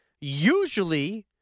Usually